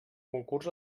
concurs